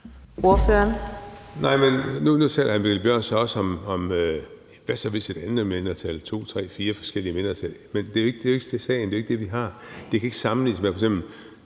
Espersen (DD): Nu taler hr. Mikkel Bjørn jo også om, hvis der var et andet mindretal eller to, tre, fire forskellige mindretal, men det er jo ikke sagen. Det er ikke det, vi har. Det kan ikke sammenlignes med det